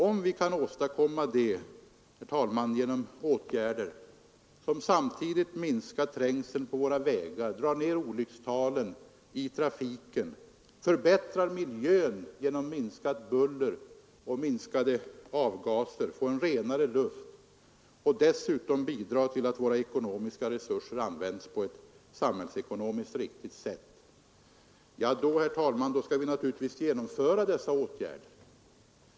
Om vi kan åstadkomma det genom åtgärder som samtidigt minskar trängseln på våra vägar, minskar olycksfallen i trafiken, förbättrar miljön genom minskat buller och mindre mängd avgaser, så att vi får en renare luft, och dessutom bidrar till att våra ekonomiska resurser används på ett samhällsekonomiskt riktigt sätt då, herr talman, skall vi naturligtvis vidta dessa åtgärder.